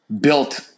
built